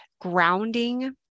grounding